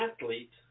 athlete